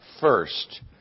first